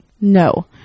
No